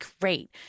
great